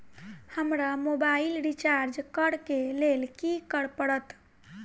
हमरा mobile recharge करऽ केँ लेल की करऽ पड़त?